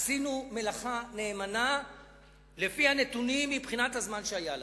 עשינו מלאכה נאמנה לפי הנתונים מבחינת הזמן שהיה לנו,